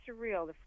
surreal